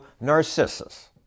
Narcissus